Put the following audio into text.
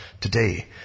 Today